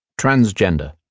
Transgender